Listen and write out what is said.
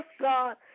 God